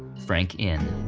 frank inn.